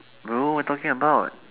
no what you talking about